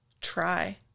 try